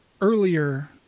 earlier